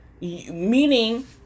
Meaning